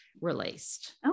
released